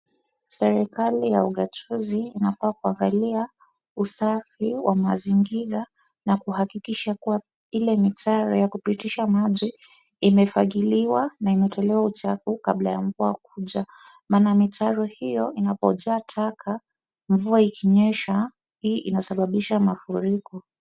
Serikali ya ugatuzi inafaa kuangalia usafi wa mazingira na kuhakikisha kuwa ile mitaro ya kupitisha maji imefagiliwa na imetolewa uchafu ,kabla ya mvua kuja maana mitaro hio inapojaa taka mvua ikinyesha ,hii inasababisha mafuriko.